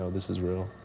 this is real.